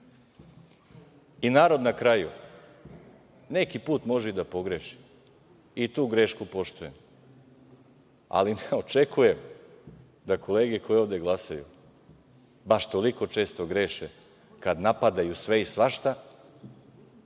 na kraju, neki put može i da pogreši i tu grešku poštujem, ali ne očekuje da kolege koje ovde glasaju baš toliko često greše kad napadaju sve i svašta,